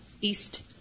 east